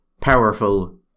powerful